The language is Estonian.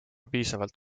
piisavalt